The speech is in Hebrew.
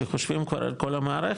כשחושבים כבר על כל המערכת,